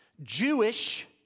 Jewish